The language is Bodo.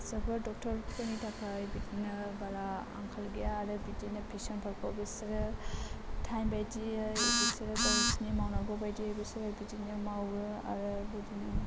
जोबोद डक्ट'रफोरनि थाखाय बिदिनो बारा आंखाल गैया आरो बिदिनो पेसेन्टफोरखौ बिसोरो टाइम बायदियै बिसोरो गावसोरनि मावनांगौ बायदियै बिसोरो बिदिनो मावो आरो बिदिनो